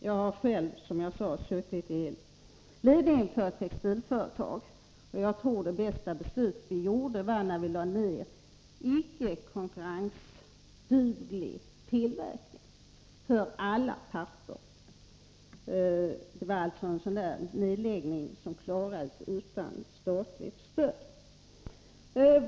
Jag har själv, som jag sade, suttit i ledningen för ett textilföretag, och jag tror att det för alla parter bästa beslutet som vi fattade var när vi lade ner icke konkurrensduglig tillverkning. Det var en nedläggning som klarades av utan statligt stöd.